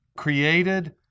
Created